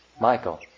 Michael